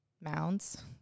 mounds